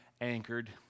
anchored